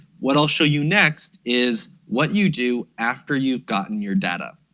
what i'll show you next is what you do after you've gotten your data.